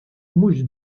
mhux